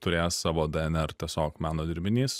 turės savo dnr tiesiog meno dirbinys